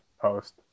post